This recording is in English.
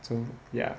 so ya